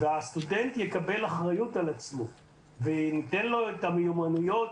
והסטודנט יקבל אחריות על עצמו וניתן לו את המיומנויות